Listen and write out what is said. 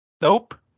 Nope